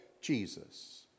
Jesus